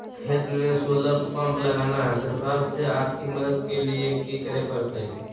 खेत में solar pump लगाना है, सरकार से आर्थिक मदद के लिए की करे परतय?